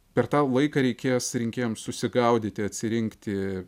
per tą laiką reikės rinkėjams susigaudyti atsirinkti